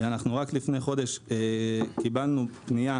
ואנחנו רק לפני חודש קיבלנו פנייה